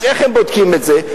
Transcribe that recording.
אז איך הם בודקים את זה?